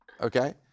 Okay